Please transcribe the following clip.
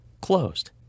closed